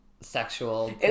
sexual